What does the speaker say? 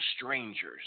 strangers